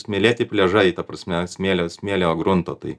smėlėti pliažai ta prasme smėlio smėlio grunto tai